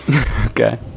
okay